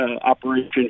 operation